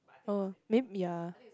oh may~ ya